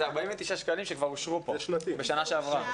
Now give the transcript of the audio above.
‏זה 49 שקלים שכבר אושרו פה בשנה שעברה.